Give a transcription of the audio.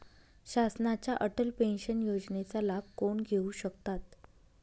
शासनाच्या अटल पेन्शन योजनेचा लाभ कोण घेऊ शकतात?